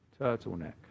turtleneck